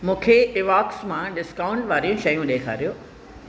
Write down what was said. मूंखे इवॉक्स मां डिस्काउंट वारियूं शयूं ॾेखारियो